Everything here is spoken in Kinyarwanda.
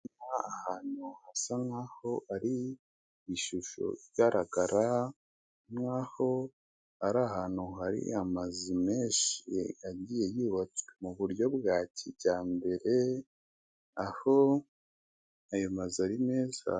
Ahantu hasa nkaho hari ishusho igaragara nk'aho ari ahantu hari amazu menshi agiye yubatswe mu buryo bwa kijyambere, aho ayo mazu ari meza.